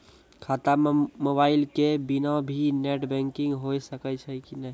खाता म मोबाइल के बिना भी नेट बैंकिग होय सकैय छै कि नै?